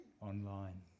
online